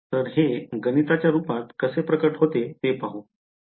तर हे गणिताच्या रूपात कसे प्रकट होते ते पाहू या